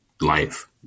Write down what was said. life